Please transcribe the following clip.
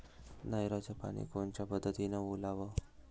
नयराचं पानी कोनच्या पद्धतीनं ओलाव?